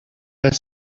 their